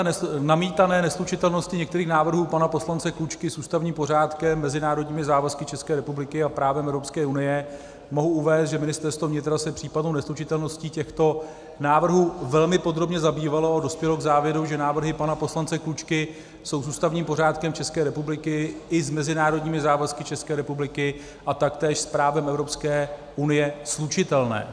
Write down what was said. K namítané neslučitelnosti některých návrhů pana poslance Klučky s ústavním pořádkem, mezinárodními závazky České republiky a právem Evropské unie mohu uvést, že Ministerstvo vnitra se případnou neslučitelností těchto návrhů velmi podrobně zabývalo a dospělo k závěru, že návrhy pana poslance Klučky jsou s ústavním pořádkem České republiky i s mezinárodními závazky České republiky a taktéž s právem Evropské unie slučitelné.